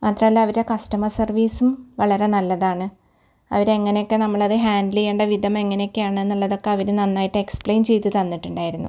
മാത്രമല്ല അവരെ കസ്റ്റമർ സർവീസും വളരെ നല്ലതാണ് അവര് എങ്ങനെ ഒക്കെ നമ്മളത് ഹാൻഡിൽ ചെയ്യേണ്ട വിധം എങ്ങനെയൊക്കെയാണ് എന്നുള്ള അവര് നന്നായിട്ട് എക്സ്പ്ലേയിൻ ചെയ്തു തന്നിട്ടുണ്ടായിരുന്നു